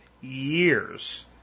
years